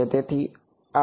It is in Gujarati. તેથી આ Rx છે